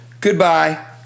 Goodbye